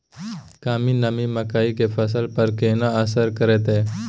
कम नमी मकई के फसल पर केना असर करतय?